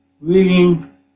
reading